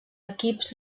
equips